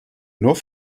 nur